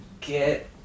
Get